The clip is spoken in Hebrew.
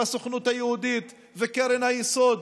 הסוכנות היהודית וקרן היסוד.